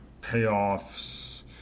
payoffs